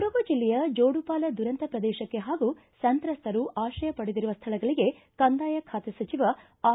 ಕೊಡಗು ಜಿಲ್ಲೆಯ ಜೋಡುಪಾಲ ದುರಂತ ಶ್ರದೇಶಕ್ಕೆ ಹಾಗೂ ಸಂತ್ರಸ್ತರು ಆಶ್ರಯ ಪಡೆದಿರುವ ಸ್ವಳಗಳಿಗೆ ಕಂದಾಯ ಬಾತೆ ಸಚಿವ ಆರ್